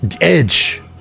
Edge